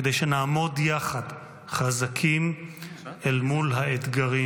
כדי שנעמוד יחד חזקים אל מול האתגרים?